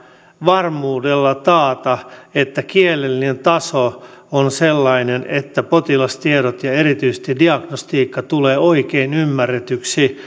varmuudella taata että kielellinen taso on sellainen että potilastiedot ja erityisesti diagnostiikka tulevat oikein ymmärretyksi